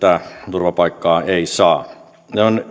turvapaikkaa ei saa